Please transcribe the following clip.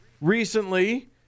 recently